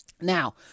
now